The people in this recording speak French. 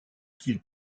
qu’il